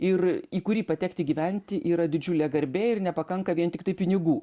ir į kurį patekti gyventi yra didžiulė garbė ir nepakanka vien tiktai pinigų